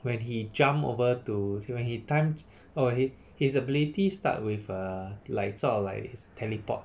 when he jump over to when he time orh his his ability start with err like sort of like his teleport